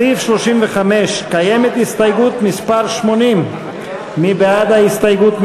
לסעיף 35 קיימת הסתייגות מס' 80. מי בעד ההסתייגות?